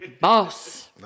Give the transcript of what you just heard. Boss